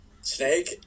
snake